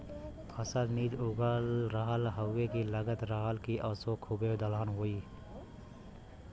फसल निक उगल रहल हउवे की लगत रहल की असों खूबे दलहन होई